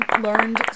learned